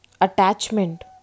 attachment